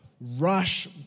rush